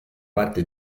parte